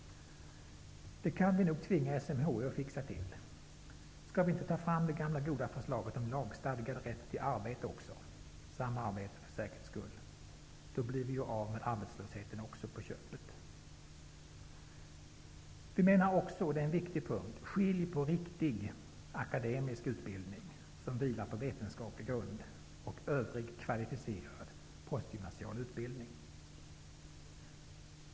Det kan vi nog tvinga SMHI att fixa till. Skall vi inte också ta fram det gamla goda förslaget om lagstadgad rätt till arbete, samma arbete för säkerhets skull? Då blir vi också av med arbetslösheten på köpet! Vi menar också -- och det är en viktig punkt -- att man skall skilja på riktig akademisk utbildning, som vilar på vetenskaplig grund, och övrig kvalificerad postgymnasial utbildning.